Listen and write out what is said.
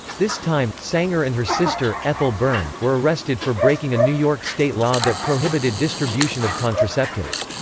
this time, sanger and her sister, ethel byrne, were arrested for breaking a new york state law that prohibited distribution of contraceptives.